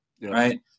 right